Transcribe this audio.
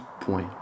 point